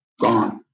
gone